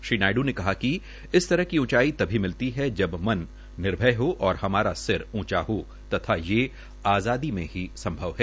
श्री नायडू ने कहा कि इस तरह की उचाई तभी मिलती है जब मन निर्भय हो और हमारा सिर उचा हो तथा ये आजादी से ही संभव है